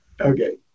Okay